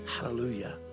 Hallelujah